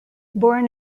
born